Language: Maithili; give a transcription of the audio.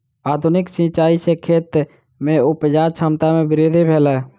आधुनिक सिचाई सॅ खेत में उपजा क्षमता में वृद्धि भेलै